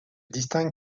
distingue